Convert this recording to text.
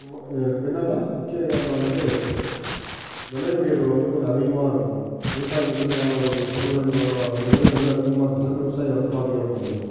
இதுக்கு என்னென்னா முக்கிய காரணம் வந்து விலை உயர்வு வந்து கொஞ்சம் அதிகமாக இருக்கணும் விவசாயிகள்ட்டேருந்து வாங்கக்கூடிய பொருளின் அள விலை வந்து அதிகமாக இருந்துச்சுனா அந்த விவசாயம் வந்து பாதுகாக்க முடியும்